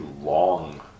long